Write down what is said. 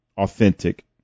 Authentic